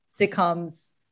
sitcoms